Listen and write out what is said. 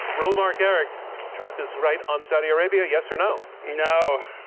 reuel marc gerecht trump is right on saudi arabia. yes or no? no.